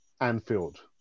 Anfield